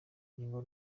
ingingo